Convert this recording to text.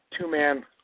two-man